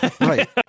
right